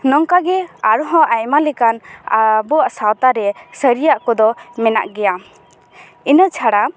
ᱱᱚᱝᱠᱟ ᱜᱮ ᱟᱨᱦᱚᱸ ᱟᱭᱢᱟ ᱞᱮᱠᱟᱱ ᱟᱵᱚᱣᱟᱜ ᱥᱟᱶᱛᱟᱨᱮ ᱥᱟᱹᱨᱤᱭᱟᱜ ᱠᱚᱫᱚ ᱢᱮᱱᱟᱜ ᱜᱮᱭᱟ ᱤᱱᱟᱹ ᱪᱷᱟᱲᱟ